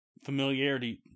familiarity